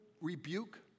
rebuke